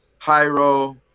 Hyro